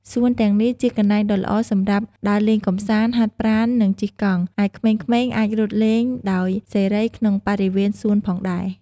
សួនទាំងនេះជាកន្លែងដ៏ល្អសម្រាប់ ដើរលេងកម្សាន្ត ហាត់ប្រាណ និងជិះកង់ ឯក្មេងៗអាចរត់លេងដោយសេរីក្នុងបរិវេណសួនផងដែរ។